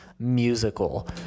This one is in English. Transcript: musical